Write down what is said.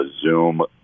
Zoom